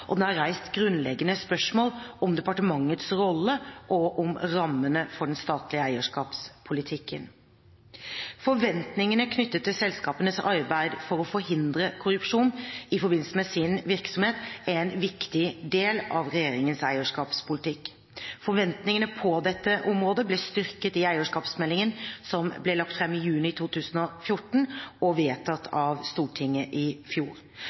og den har reist grunnleggende spørsmål om departementets rolle og om rammene for den statlige eierskapspolitikken. Forventningene knyttet til selskapenes arbeid for å forhindre korrupsjon i forbindelse med sin virksomhet er en viktig del av regjeringens eierskapspolitikk. Forventningene på dette området ble styrket i eierskapsmeldingen som ble lagt fram i juni 2014, og vedtatt av Stortinget i fjor.